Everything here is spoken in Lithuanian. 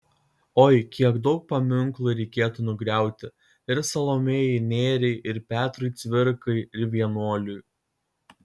oi kiek daug paminklų reikėtų nugriauti ir salomėjai nėriai ir petrui cvirkai ir vienuoliui